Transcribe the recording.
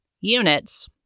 Units